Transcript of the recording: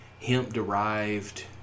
hemp-derived